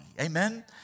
Amen